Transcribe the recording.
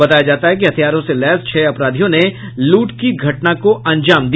बताया जाता है कि हथियारों से लैस छह अपराधियों ने लूट की घटना को अंजाम दिया